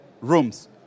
rooms